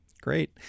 Great